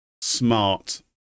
smart